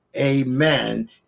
amen